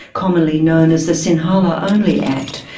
commonly known as the sinhala only act,